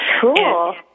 Cool